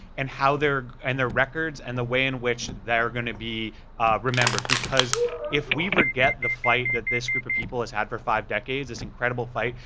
and how they're, and their records, and the way in which they are gonna be remembered, because if we forget the fight that this group of people has had for five decades, this incredible fight,